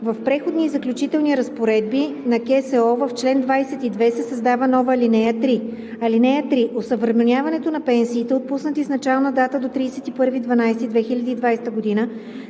В Преходни и заключителни разпоредби на КСО в чл. 22 се създава нова алинея 3: „Ал. 3. Осъвременяването на пенсиите, отпуснати с начална дата до 31.12.2020 г.,